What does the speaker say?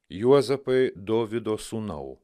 juozapai dovydo sūnau